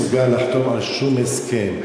אבו מאזן לא מסוגל לחתום על שום הסכם.